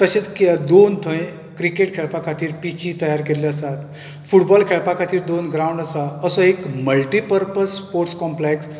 तशेंच दोन थंय क्रिकेट खेळपा खातीर पिची तयार केल्ल्यो आसात फुटबॉल खेळपा खातीर दोन ग्राउंड आसा असो एक मल्टीपरपझ स्पोट्स कॉम्पॅक्स